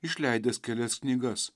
išleidęs kelias knygas